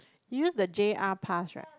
you use the J_R pass right